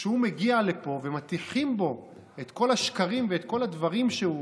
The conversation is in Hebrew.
כשהוא מגיע לפה ומטיחים בו את כל השקרים ואת כל הדברים שהוא